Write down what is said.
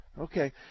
Okay